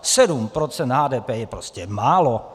Sedm procent HDP je prostě málo!